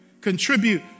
contribute